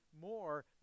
more